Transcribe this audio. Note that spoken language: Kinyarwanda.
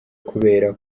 kubera